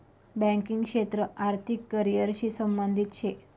banking क्षेत्र आर्थिक career शी संबंधित शे